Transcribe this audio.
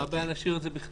מה הבעיה להשאיר את זה בכתב?